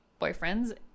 boyfriends